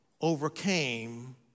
overcame